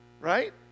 right